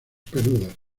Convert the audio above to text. peludas